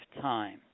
time